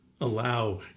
allow